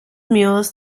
mules